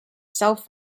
self